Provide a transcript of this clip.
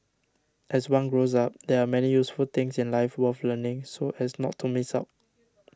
as one grows up there are many useful things in life worth learning so as not to miss out